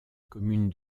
commune